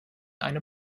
eine